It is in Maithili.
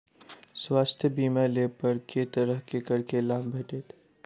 स्वास्थ्य बीमा लेबा पर केँ तरहक करके लाभ भेटत?